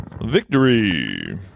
victory